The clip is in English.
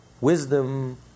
wisdom